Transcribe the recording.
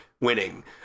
winning